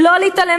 לא להתעלם,